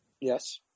Yes